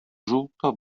żółto